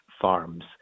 farms